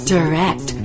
Direct